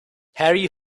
harry